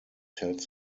tells